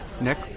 Nick